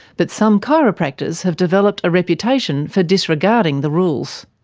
but some chiropractors have developed a reputation for disregarding the rules.